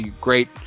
Great